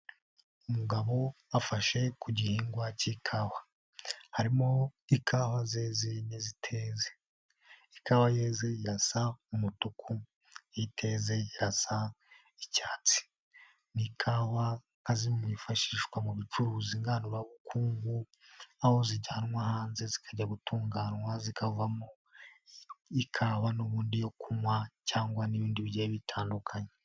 Umugabo afashe ku gihingwa cy'ikawa. Harimo ikawa zeze n'iziteze. Ikawa yeze iba isa umutuku iteze ikaba isa icyatsi. Ni ikawa zifashishwa mu bucuruzi ngandurarugo aho zijyanwa hanze zikajya gutunganywa zikavamo ikawa n'ubundi yo kunywa cyangwa n'ibindi bi bitandukanye.